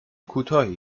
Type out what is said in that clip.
کوتاهی